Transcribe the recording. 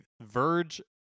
Verge